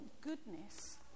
goodness